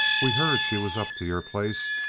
we heard she was up t' your place.